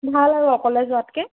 ভাল আৰু অকলে যোৱাতকৈ